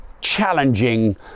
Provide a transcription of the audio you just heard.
challenging